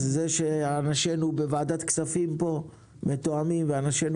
אז זה שאנשינו בוועדת כספים מתואמים ואנשינו